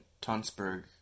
Tonsberg